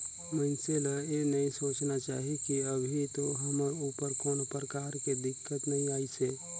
मइनसे ल ये नई सोचना चाही की अभी तो हमर ऊपर कोनो परकार के दिक्कत नइ आइसे